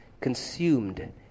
consumed